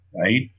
right